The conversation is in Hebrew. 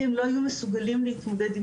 כי הם לא היו מסוגלים להתמודד עם